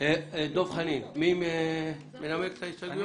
דב חנין, מי מנמק את ההסתייגויות?